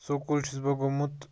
school چھُس بہٕ گوٚمت